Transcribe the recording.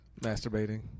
masturbating